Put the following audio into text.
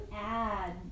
add